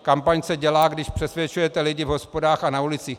Kampaň se dělá, když přesvědčujete lidi v hospodách a na ulicích.